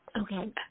Okay